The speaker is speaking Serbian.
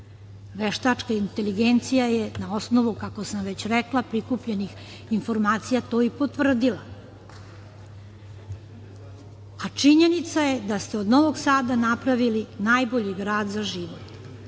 Veštačka inteligencija je na osnovu, kako sam već rekla, prikupljenih informacija to i potvrdila, a činjenica je da ste od Novog Sada napravili najbolji grad za život.